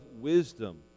wisdom